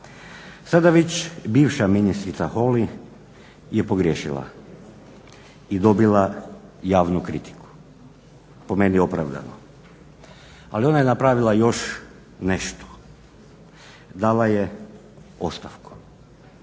Sada već bivša ministrica Holy je pogriješila i dobila javnu kritiku, po meni opravdanu, ali ona je napravila još nešto, dala je ostavku.